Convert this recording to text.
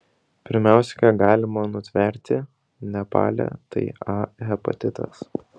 pirmiausia ką galima nutverti nepale tai a hepatitas